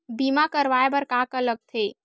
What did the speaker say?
बीमा करवाय बर का का लगथे?